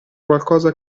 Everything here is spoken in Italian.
qualcosa